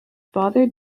father